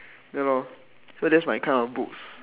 ya lor so that's my kind of books